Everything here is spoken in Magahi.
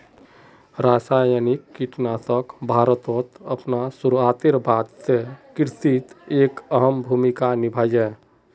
रासायनिक कीटनाशक भारतोत अपना शुरुआतेर बाद से कृषित एक अहम भूमिका निभा हा